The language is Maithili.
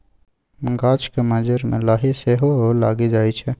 गाछक मज्जर मे लाही सेहो लागि जाइ छै